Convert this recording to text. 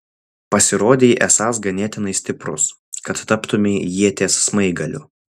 pasirodei esąs ganėtinai stiprus kad taptumei ieties smaigaliu